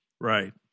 Right